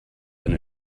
than